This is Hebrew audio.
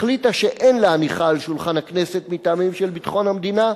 החליטה שאין להניחה על שולחן הכנסת מטעמים של ביטחון המדינה,